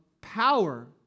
power